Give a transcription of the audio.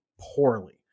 poorly